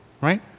right